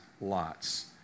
lots